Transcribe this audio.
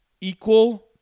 equal